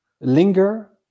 linger